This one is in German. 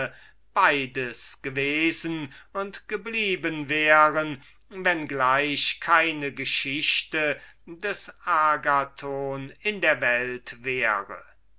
beides gewesen und geblieben wären wenn gleich keine geschichte des agathon in der welt wäre